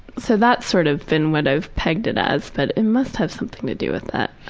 so that's sort of been what i've pegged it as but it must have something to do with that.